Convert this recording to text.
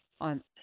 on